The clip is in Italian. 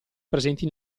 presenti